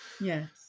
yes